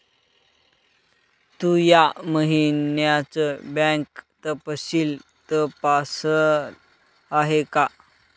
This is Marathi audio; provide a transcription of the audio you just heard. तू या महिन्याचं बँक तपशील तपासल आहे का?